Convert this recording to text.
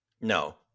No